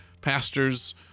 pastors